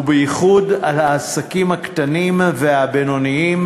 ובייחוד על העסקים הקטנים והבינוניים,